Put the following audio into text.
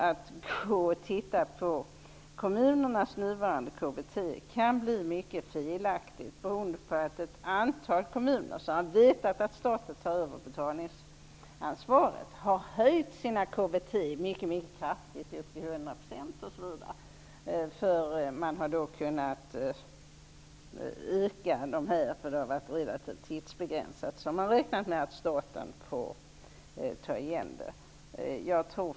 Att se på kommunernas nuvarande KBT kan ge ett mycket felaktigt resultat, beroende på att ett antal kommuner som har vetat att staten skall ta över betalningsansvaret har höjt sina KBT mycket kraftigt, med upp till 100 %. Man har kunnat göra sådana ökningar därför att de är relativt tidsbegränsade. Man har räknat med att staten sedan skall ta vid.